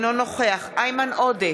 אינו נוכח איימן עודה,